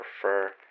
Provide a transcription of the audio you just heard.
prefer